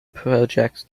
project